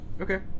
Okay